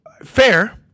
Fair